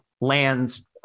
lands